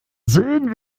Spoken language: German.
sehen